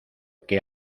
que